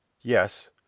Yes